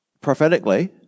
Prophetically